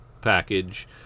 package